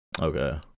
Okay